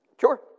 Sure